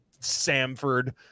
Samford